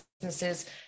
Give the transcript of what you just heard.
businesses